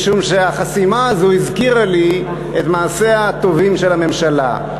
משום שהחסימה הזאת הזכירה לי את מעשיה הטובים של הממשלה.